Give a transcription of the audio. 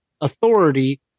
authority